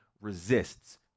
resists